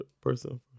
person